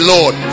Lord